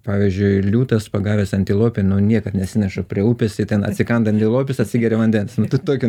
pavyzdžiui liūtas pagavęs antilopę nu niekad nesineša prie upės i ten atsikanda antilopės atsigeria vandens nu tai tokio